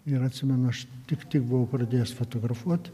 ir atsimenu aš tik tik buvau pradėjęs fotografuot